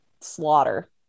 slaughter